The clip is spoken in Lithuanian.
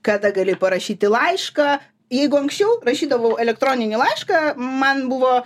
kada gali parašyti laišką jeigu anksčiau rašydavau elektroninį laišką man buvo